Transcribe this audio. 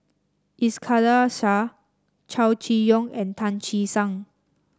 Iskandar Shah Chow Chee Yong and Tan Che Sang